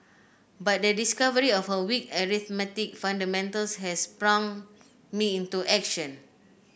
but the discovery of her weak arithmetic fundamentals has sprung me into action